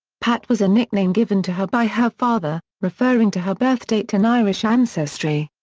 pat was a nickname given to her by her father, referring to her birthdate and irish ancestry.